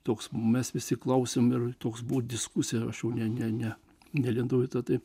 toks mes visi klausėm ir toks buvo diskusija rašiau ne ne ne nelindau į tą taip